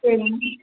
சரிங்க